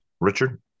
Richard